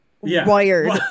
wired